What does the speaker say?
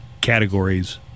categories